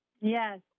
Yes